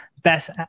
Best